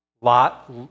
Lot